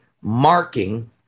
marking